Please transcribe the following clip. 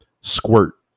squirt